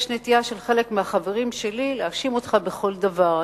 יש נטייה של חלק מהחברים שלי להאשים אותך בכל דבר.